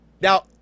Now